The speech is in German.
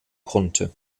konnte